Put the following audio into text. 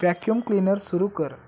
vacuum cleaner सुरू कर